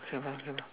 K lah K lah